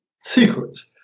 secrets